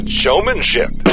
showmanship